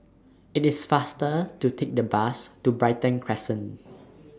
IT IS faster to Take The Bus to Brighton Crescent